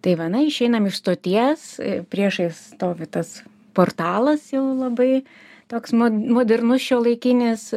tai va na išeinam iš stoties priešais stovi tas portalas jau labai toks modernus šiuolaikinis